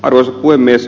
arvoisa puhemies